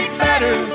better